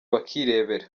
bakirebera